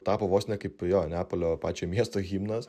tapo vos ne kaip jo neapolio pačio miesto himnas